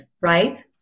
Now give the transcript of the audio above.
Right